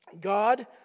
God